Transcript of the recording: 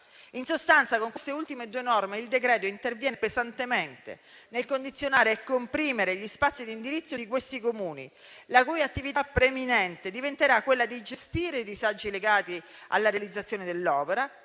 In sostanza, con queste ultime due norme il decreto interviene pesantemente nel condizionare e comprimere gli spazi di indirizzo di questi Comuni, la cui attività preminente diventerà quella di gestire i disagi legati alla realizzazione dell'opera